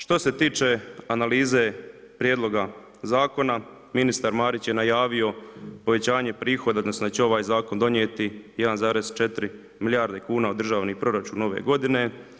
Što se tiče analize prijedloga zakona, ministar Marić je najavio povećanje prihoda, odnosno da će ovaj zakon donijeti 1,4 milijarde kuna u državni proračun ove godine.